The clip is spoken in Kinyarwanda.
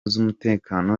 z’umutekano